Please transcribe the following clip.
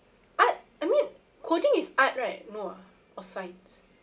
art I mean coding is art right no ah or science